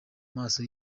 maso